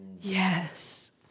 yes